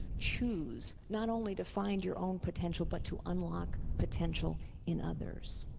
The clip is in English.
choose, not only to find your own potential but to unlock potential in others.